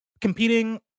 competing